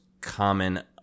common